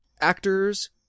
actors